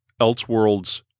elseworlds